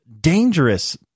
dangerous